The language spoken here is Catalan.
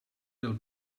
del